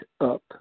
up